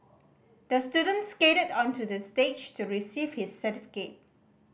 the student skated onto the stage to receive his certificate